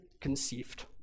conceived